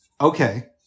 Okay